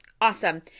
Awesome